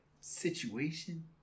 Situation